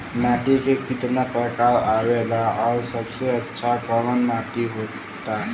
माटी के कितना प्रकार आवेला और सबसे अच्छा कवन माटी होता?